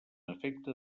efecte